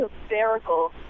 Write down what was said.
hysterical